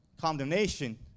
condemnation